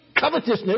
covetousness